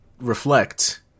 reflect